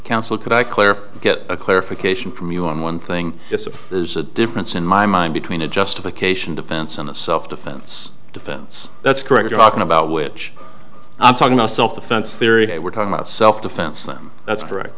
clarify get a clarification from you on one thing there's a difference in my mind between a justification defense and a self defense defense that's correct you're talking about which i'm talking about self defense theory they were talking about self defense them that's correct